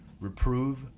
reprove